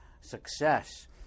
success